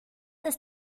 ist